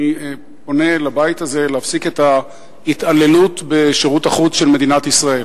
אני פונה לבית הזה להפסיק את ההתעללות בשירות החוץ של מדינת ישראל.